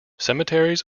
cemeteries